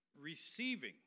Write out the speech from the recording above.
receiving